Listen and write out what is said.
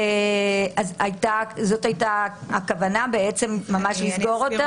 הכוונה הייתה לסגור אותם?